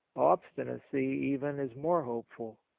obstinacy, even, is more hopeful.